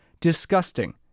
disgusting